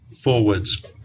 forwards